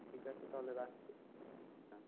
ঠিক আছে তাহলে রাখছি হ্যাঁ